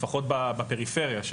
לפחות בפריפריה,